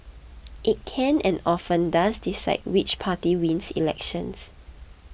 it can and often does decide which party wins elections